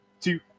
two